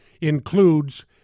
includes